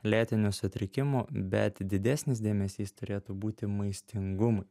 lėtinių sutrikimų bet didesnis dėmesys turėtų būti maistingumui